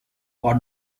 what